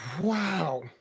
Wow